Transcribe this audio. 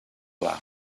pla